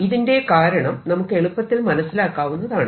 ഇതിന്റെ കാരണം നമുക്ക് എളുപ്പം മനസിലാക്കാവുന്നതാണ്